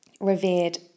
revered